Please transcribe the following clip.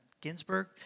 Ginsburg